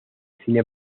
cine